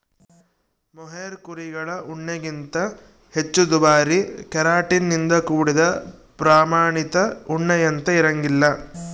mohair ಕುರಿಗಳ ಉಣ್ಣೆಗಿಂತ ಹೆಚ್ಚು ದುಬಾರಿ ಕೆರಾಟಿನ್ ನಿಂದ ಕೂಡಿದ ಪ್ರಾಮಾಣಿತ ಉಣ್ಣೆಯಂತೆ ಇರಂಗಿಲ್ಲ